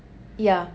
ya